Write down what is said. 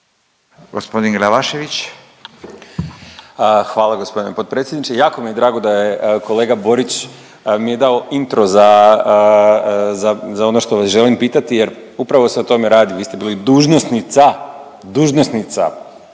Hvala g. potpredsjedniče, jako mi je drago da je kolega Borić mi je dao intro za ono što želim pitati jer, upravo se o tome radi, vi ste bili dužnosnica, dužnosnica